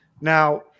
Now